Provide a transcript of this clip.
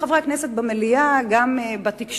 גם חברי הכנסת במליאה,